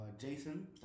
Jason